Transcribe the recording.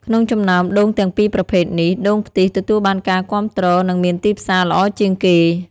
ក្នុងចំណោមដូងទាំងពីរប្រភេទនេះ ដូងខ្ទិះ ទទួលបានការគាំទ្រ និងមានទីផ្សារល្អជាងគេ។